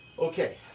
okay,